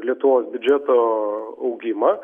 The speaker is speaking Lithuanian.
lietuvos biudžeto augimą